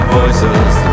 voices